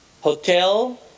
hotel